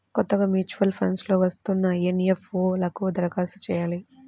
కొత్తగా mutual funds లో వస్తున్న ఎన్.ఎఫ్.ఓ లకు దరఖాస్తు చెయ్యాలి